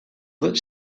that